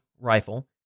rifle